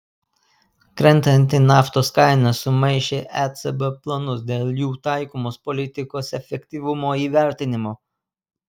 krentanti naftos kaina sumaišė ecb planus dėl jų taikomos politikos efektyvumo įvertinimo